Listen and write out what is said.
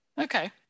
okay